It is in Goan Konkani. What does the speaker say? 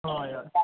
हय हय